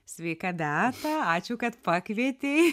sveika beata ačiū kad pakvietei